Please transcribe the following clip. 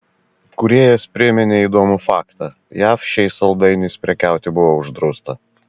kūrėjas priminė įdomų faktą jav šiais saldainiais prekiauti buvo uždrausta